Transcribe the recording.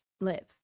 live